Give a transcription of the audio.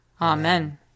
Amen